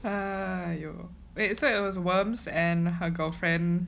!aiya! wait so it was worms and her girlfriend